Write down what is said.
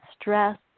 stress